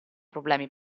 problemi